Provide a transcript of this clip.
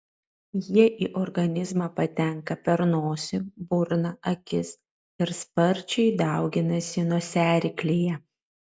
jie į organizmą patenka per nosį burną akis ir sparčiai dauginasi nosiaryklėje